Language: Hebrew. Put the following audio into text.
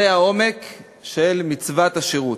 זה העומק של מצוות השירות.